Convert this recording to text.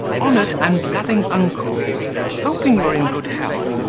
honoured and loving uncle hoping you are in good health,